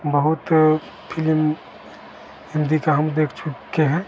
बहुत फिलिम हिन्दी का हम देख चुके हैं